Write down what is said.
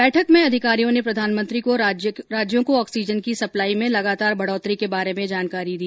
बैठक में अधिकारियों ने प्रधानमंत्री को राज्यों को ऑक्सीजन की सप्लाई में लगातार बढोतरी के बारे में जानकारी दी